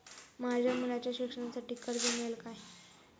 माझ्या मुलाच्या शिक्षणासाठी कर्ज मिळेल काय?